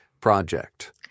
project